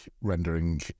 rendering